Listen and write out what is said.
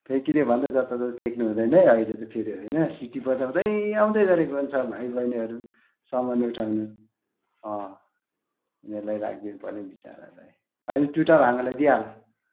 फ्याँकिदेऊ भन्दा जताततै फ्याँक्नु हुँदैन है अहिले त फेरि होइन सिटी बजाउँदै आउँदै गरेको हुन्छ भाइ बहिनीहरू समान उठाउनु अँ उनीहरूलाई राख्दिनु पऱ्यो नि बिचारहरलाई होइन टुटा भाँगालाई दिइहाल